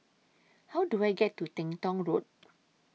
How Do I get to Teng Tong Road